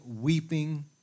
weeping